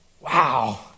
Wow